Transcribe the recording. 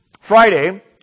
Friday